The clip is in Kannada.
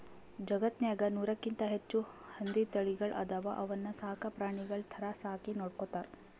ಜಗತ್ತ್ನಾಗ್ ನೂರಕ್ಕಿಂತ್ ಹೆಚ್ಚ್ ಹಂದಿ ತಳಿಗಳ್ ಅದಾವ ಅವನ್ನ ಸಾಕ್ ಪ್ರಾಣಿಗಳ್ ಥರಾ ಸಾಕಿ ನೋಡ್ಕೊತಾರ್